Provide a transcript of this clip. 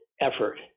effort